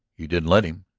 you didn't let him?